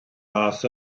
aeth